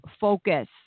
focus